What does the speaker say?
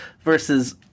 versus